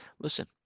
listen